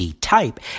type